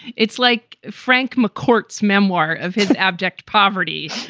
it's like frank mccourt's memoir of his abject poverty.